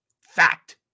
Fact